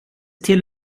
till